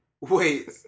Wait